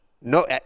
no –